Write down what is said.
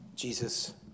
Jesus